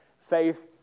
faith